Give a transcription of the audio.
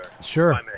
Sure